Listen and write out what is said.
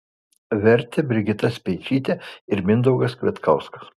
vertė brigita speičytė ir mindaugas kvietkauskas